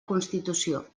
constitució